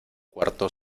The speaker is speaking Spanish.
cuarto